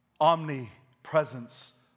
omnipresence